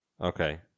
Okay